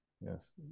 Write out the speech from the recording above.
Yes